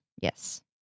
yes